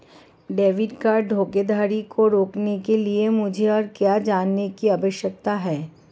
Debit card धोखाधड़ी को रोकने के लिए मुझे और क्या जानने की आवश्यकता है?